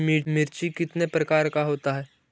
मिर्ची कितने प्रकार का होता है?